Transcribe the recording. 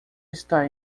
está